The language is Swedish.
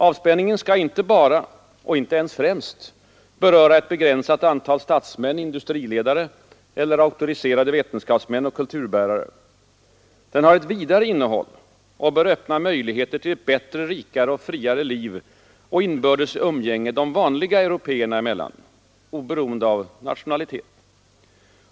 Avspänningen skall inte bara, och inte ens främst, beröra ett begränsat antal statsmän, industriledare eller ”auktoriserade” vetenskapsmän och kulturbärare. Den har ett vidare innehåll och bör öppna möjligheter till ett bättre, rikare och friare liv och inbördes umgänge de vanliga européerna emellan, oberoende av nationalitet.